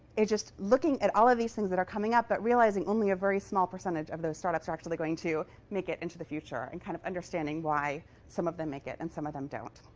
just looking at all of these things that are coming up, but realizing only a very small percentage of those startups are actually going to make it into the future, and kind of understanding why some of them make it and some of them don't.